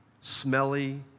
smelly